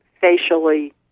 facially